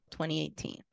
2018